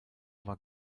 war